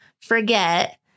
forget